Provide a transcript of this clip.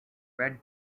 red